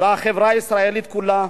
והחברה הישראלית כולה,